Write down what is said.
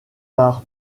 par